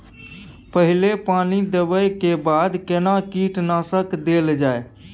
पहिले पानी देबै के बाद केना कीटनासक देल जाय?